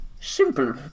Simple